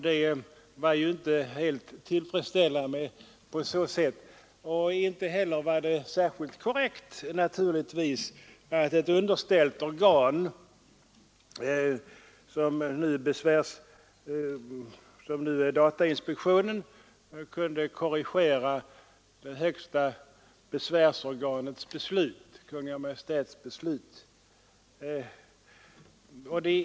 Det vore inte heller särskilt korrekt att ett underställt organ — i detta fall datainspektionen — kunde korrigera högsta besvärsorganets dvs. Kungl. Maj:ts beslut.